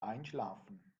einschlafen